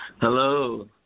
Hello